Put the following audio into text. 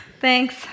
Thanks